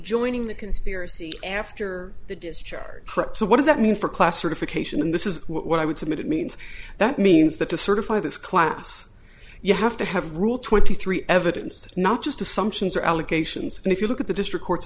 joining the conspiracy after the discharge so what does that mean for class certification and this is what i would submit it means that means that to certify this class you have to have rule twenty three evidence not just assumptions or allegations but if you look at the district court's